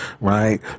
right